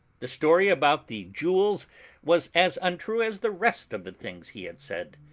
the story about the jewels was as untrue as the rest of the things he had said.